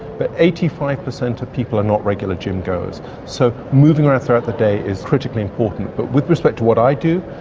but eighty five per cent of people are not regular gym goers so moving around throughout the day is critically important. but with respect to what i do?